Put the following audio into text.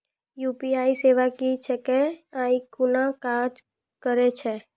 UPI सेवा की छियै? ई कूना काज करै छै?